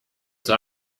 zur